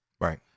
Right